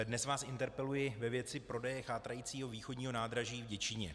Dnes vás interpeluji ve věci prodeje chátrajícího východního nádraží v Děčíně.